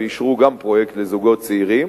ואישרו גם פרויקט לזוגות צעירים.